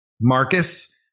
Marcus